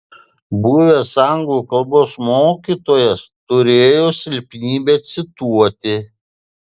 buvęs anglų kalbos mokytojas turėjo silpnybę cituoti